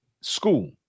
school